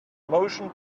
motion